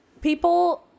people